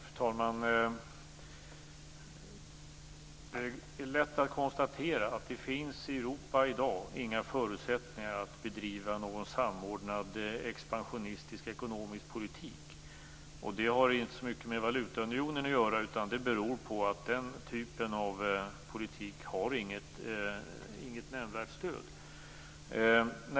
Fru talman! Det är lätt att konstatera att det inte finns några förutsättningar i Europa i dag att bedriva någon samordnad expansionistisk ekonomisk politik. Det har inte så mycket med valutaunionen att göra. Det beror på att den typen av politik inte har något nämnvärt stöd.